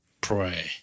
pray